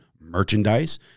merchandise